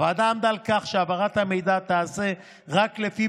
הוועדה עמדה על כך שהעברת המידע תיעשה רק לפי